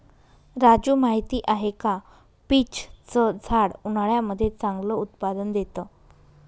राजू माहिती आहे का? पीच च झाड उन्हाळ्यामध्ये चांगलं उत्पादन देत